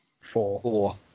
Four